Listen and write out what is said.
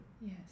Yes